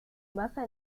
basa